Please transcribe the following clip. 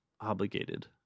obligated